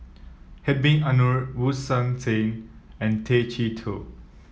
Hhedwig Anuar Wu Sang Qin and Tay Chee Toh